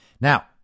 Now